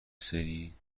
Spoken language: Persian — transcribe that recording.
سری